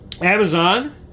amazon